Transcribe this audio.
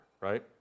right